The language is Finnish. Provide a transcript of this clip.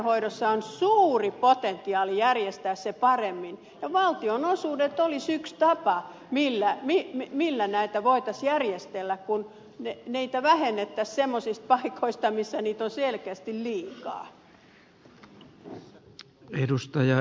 terveydenhoidossa on suuri potentiaali järjestää se paremmin ja valtionosuudet olisivat yksi tapa millä näitä voitaisiin järjestellä kun niitä vähennettäisiin semmoisista paikoista missä niitä on selkeästi liikaa